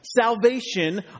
salvation